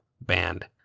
band